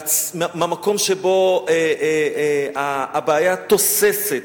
מהמקום שבו הבעיה תוססת,